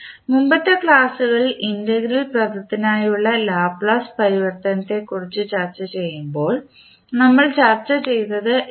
മുമ്പത്തെ ക്ലാസ്സുകളിൽ ഇൻറ്റഗ്രൽ പദത്തിനായുള്ള ലാപ്ലേസ് പരിവർത്തനത്തെക്കുറിച്ച് ചർച്ചചെയ്യുമ്പോൾ നമ്മൾ ചർച്ച ചെയ്തത് ഇതാണ്